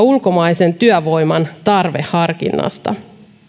ulkomaisen työvoiman tarveharkinnasta